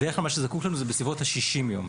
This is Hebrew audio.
בדרך כלל אנו זקוקים ל-60 יום.